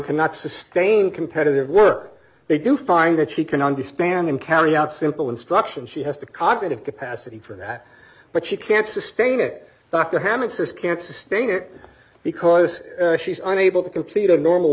cannot sustain competitive work they do find that she can understand and carry out simple instructions she has the cognitive capacity for that but she can't sustain it dr hammet says can't sustain it because she's unable to complete a normal